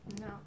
No